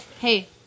Hey